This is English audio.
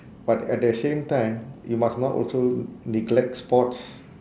but at the same time you must not also neglect sports